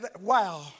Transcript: wow